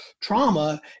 trauma